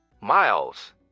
Miles